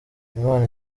imana